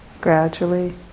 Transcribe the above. Gradually